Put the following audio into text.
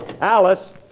Alice